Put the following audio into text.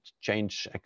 change